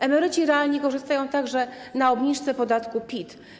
Emeryci realnie korzystają także na obniżce podatku PIT.